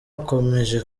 bakomeje